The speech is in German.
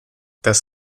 das